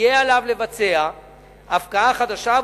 יהיה עליו לבצע הפקעה חדשה,